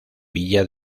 villa